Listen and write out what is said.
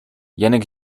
janek